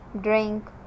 drink